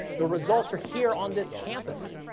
the results are here on this campus.